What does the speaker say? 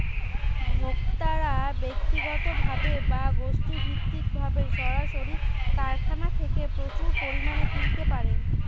ভোক্তারা ব্যক্তিগতভাবে বা গোষ্ঠীভিত্তিকভাবে সরাসরি কারখানা থেকে প্রচুর পরিমাণে কিনতে পারেন